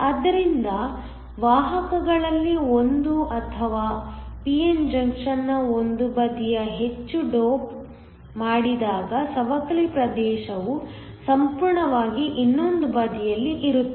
ಆದ್ದರಿಂದ ವಾಹಕಗಳಲ್ಲಿ ಒಂದು ಅಥವಾ p n ಜಂಕ್ಷನ್ನ ಒಂದು ಬದಿಯು ಹೆಚ್ಚು ಡೋಪ್ ಮಾಡಿದಾಗ ಸವಕಳಿ ಪ್ರದೇಶವು ಸಂಪೂರ್ಣವಾಗಿ ಇನ್ನೊಂದು ಬದಿಯಲ್ಲಿ ಇರುತ್ತದೆ